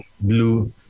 blue